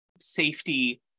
safety